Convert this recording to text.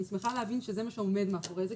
אני שמחה להבין שזה מה עומד מאחורי זה,